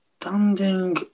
Standing